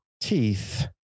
Teeth